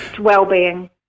Well-being